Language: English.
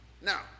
Now